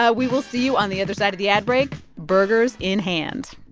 ah we will see you on the other side of the ad break, burgers in hand